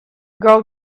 girl